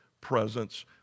presence